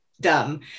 Dumb